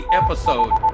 episode